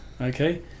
Okay